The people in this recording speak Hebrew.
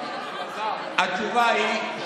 התשובה היא,